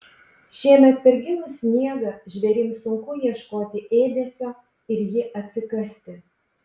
šiemet per gilų sniegą žvėrims sunku ieškoti ėdesio ir jį atsikasti